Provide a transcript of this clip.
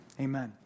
Amen